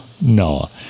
No